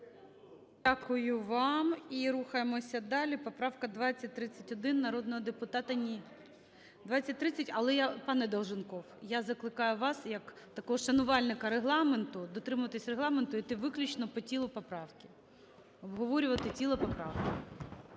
Дякую вам. І рухаємося далі. Поправка 2031 народного депутата… 2030, але я… Пане Долженков, я закликаю вас як такого шанувальника Регламенту, дотримуватися Регламенту, йди виключно по тілу поправки, обговорювати тіло поправки.